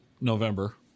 November